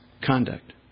conduct